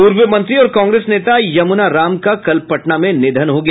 पूर्व मंत्री और कांग्रेस नेता यमुना राम का कल पटना में निधन हो गया